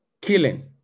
Killing